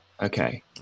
Okay